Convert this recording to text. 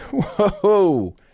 Whoa